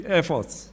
efforts